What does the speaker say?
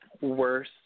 Worse